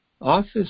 office